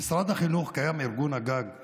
במשרד החינוך קיים ארגון הגג לפנימיות,